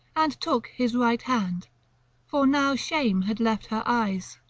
and took his right hand for now shame had left her eyes